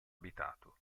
abitato